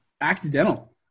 accidental